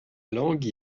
langue